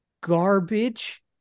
garbage